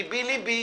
לבי לבי,